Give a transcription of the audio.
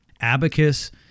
Abacus